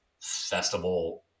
festival